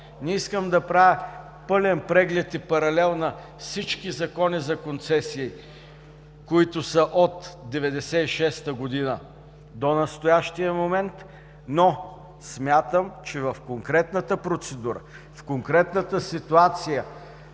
Не искам да правя пълен преглед и паралел на всички закони за концесиите, които са от 1996-та година до настоящия момент, но смятам, че в конкретната процедура, в конкретната ситуация